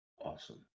awesome